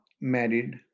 married